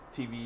TV